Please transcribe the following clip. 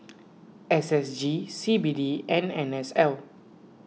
S S G C B D and N S L